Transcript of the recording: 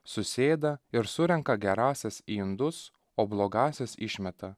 susėda ir surenka gerąsias į indus o blogąsias išmeta